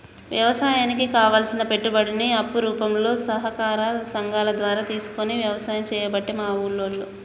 వ్యవసాయానికి కావలసిన పెట్టుబడిని అప్పు రూపంల సహకార సంగాల ద్వారా తీసుకొని వ్యసాయం చేయబట్టే మా ఉల్లోళ్ళు